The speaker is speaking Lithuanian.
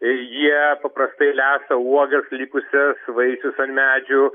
jie paprastai lesa uogas likusias vaisius ant medžių